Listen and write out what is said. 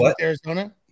Arizona